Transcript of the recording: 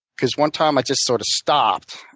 because one time i just sort of stopped,